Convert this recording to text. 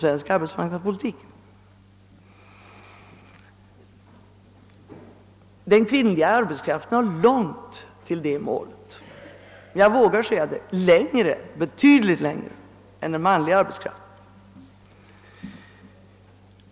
Den kvinnliga arbetskraften står betydligt längre än den manliga arbetskraften från det målet.